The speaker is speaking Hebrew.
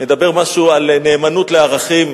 נדבר משהו על נאמנות לערכים,